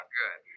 good